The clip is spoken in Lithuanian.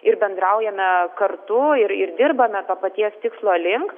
ir bendraujame kartu ir ir dirbame to paties tikslo link